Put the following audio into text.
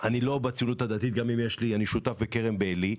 אני לא בציונות הדתית, גם אם אני שותף בקרן ביילי.